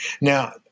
Now